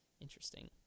interesting